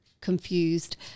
confused